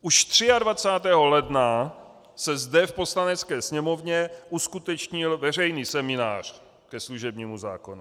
Už 23. ledna se zde v Poslanecké sněmovně uskutečnil veřejný seminář ke služebnímu zákonu.